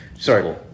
sorry